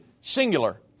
singular